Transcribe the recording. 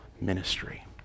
ministry